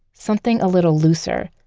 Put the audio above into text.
something a little looser.